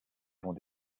vont